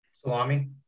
Salami